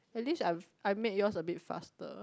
at least I I make yours a bit faster